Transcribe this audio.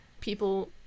people